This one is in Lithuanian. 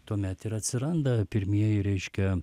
tuomet ir atsiranda pirmieji reiškia